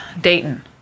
Dayton